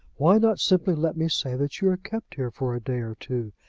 why not simply let me say that you are kept here for a day or two?